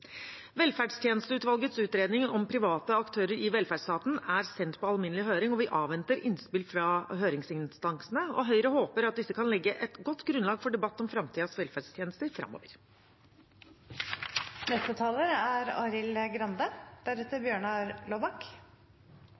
Velferdstjenesteutvalgets utredning om private aktører i velferdsstaten er sendt på alminnelig høring, og vi avventer innspill fra høringsinstansene. Høyre håper at disse kan legge et godt grunnlag for debatt om framtidens velferdstjenester